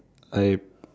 I